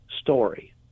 story